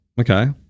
okay